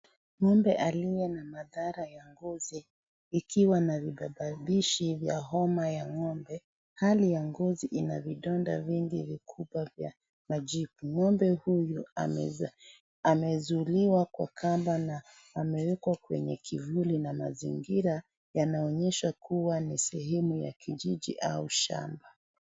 Ngombe aliye na madhara ya ngozi ikiwa na vibababishi vya homa ya ngombe hali ya ngozi ina vidonda vingi vikubwa vya majipu . Ngombe huyo amezuiliwa kwa kamba na amewekwa kwenye kivuli na mazingira yanaonyesha kuwa ni sehemu ya kijiji au shamba.